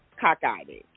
cockeyed